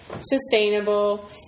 sustainable